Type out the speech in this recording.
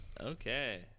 Okay